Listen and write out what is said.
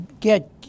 get